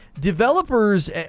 Developers